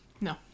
No